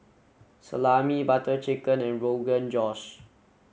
Salami Butter Chicken and Rogan Josh